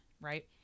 Right